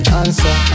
answer